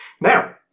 Now